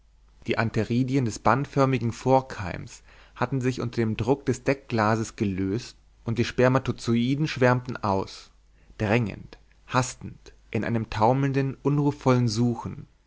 reif geworden die antheridien des bandförmigen vorkeims hatten sich unter dem druck des deckglases gelöst und die spermatozoiden schwärmten aus drängend hastend in einem taumelnden unruhvollen suchen